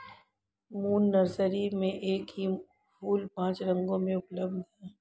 moon nursery में एक ही फूल पांच रंगों में उपलब्ध है